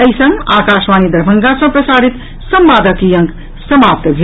एहि संग आकाशवाणी दरभंगा सँ प्रसारित संवादक ई अंक समाप्त भेल